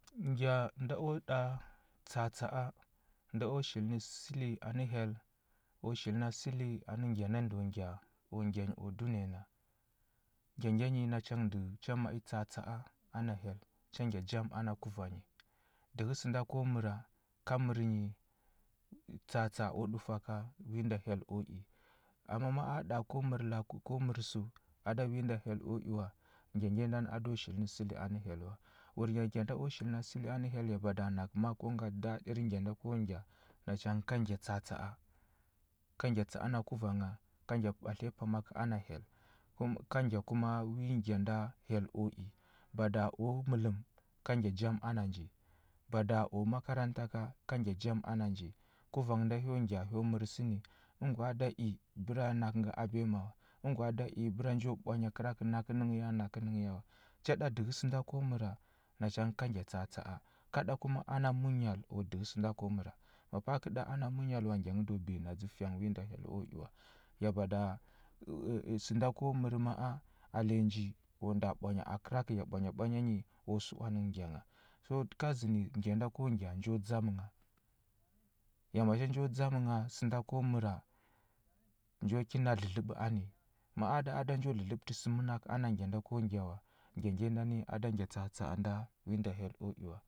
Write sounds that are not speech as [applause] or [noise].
Ngya nda u ɗa tsa atsa a, nda u shili ni səli anə hyel, u shil səli anə ngya na ndo ngya, u ngya u dunəya na. Ngya ngya nyi nacha dəu cha ma i tsa atsa a na hyel cha ngya jam ana kuva nyi. Dəhə sənda ko məra, ka mər nyi tsa atsa a u ɗufwa ka wi nda hyel o i. Amma ma a ɗa ko mər laku ko mər səu a da wi nda hyel o i wa, ngya ngya nyi ndani a do shili na səli anə hyel wa. Wurnya ngya nda u shili na səli anə hyel ya bada nakə ma a ko ngatə daɗir ngya da ko ngya. Nacha ka ngya tsa atsa a, ka ngya tsa a a kuvangha, ka ngya ɓatliya pama ka ana hyel. Ka ngya kuma wi ngya nda hyel u i. Bada u mələm ka ngya jam ana nji, bada u makaranta ka ka ngya jam ana nji. Kuvang nda hyo gya hyo mər sə ni, əngwa da i bəra nakə ga a biyama wa. Əngwa da i bəra njo ɓwanya kəra kə nakə nənghə ya nakə nənghə ya wa. Cha ɗa dəhə sənda ko məra, nacha ka ngya tsa atsa a. Ka ɗa kuma ana munyal u dəhə sənda ko məra. Ma pa a kə ɗa ana munyal wa, ngya nghə do biyanadzə fyang wi da hyel o i wa. Ya bada [hesitation] sənda ko mər ma a ale nji, o nda ɓwanya a kəra kə ya ɓwanya ɓwanya nyi o səwanə nghə ngya ngha. So ka zənə ngya nda ko ngya, no dzamə ngha. Ya macha njo dzamə ngha, sənda ko məra, njo kina dlədləɓə ani. Ma a ɗa a da njo dlədləɓətə sə mənakə ana ngya nda ko ngya wa, ngya ngya nyi ndani a da ngya tsa atsa a nda, wi nda hyel o i wa.